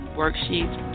worksheets